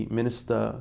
minister